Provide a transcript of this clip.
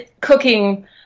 cooking